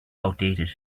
outdated